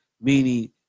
meaning